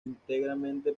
íntegramente